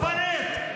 חוצפנית.